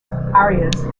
arias